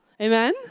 Amen